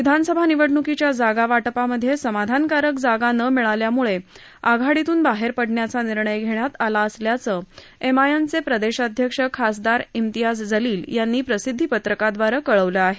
विधानसभा निवडण्कीच्या जागा वाटपामध्ये समाधानकारक जागा न मिळाल्यामुळे आघाडीतून बाहेर पडण्याचा निर्णय घेण्यात आला असल्याचं एमआयएमचे प्रदेशाध्यक्ष खासदार इम्तियाज जलील यांनी प्रसिद्धी पत्रकाद्वारे कळवले आहे